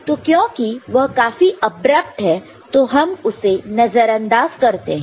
तो क्योंकि वह काफी ऍब्रप्ट् है तो हम उसे नजरअंदाज कर सकते हैं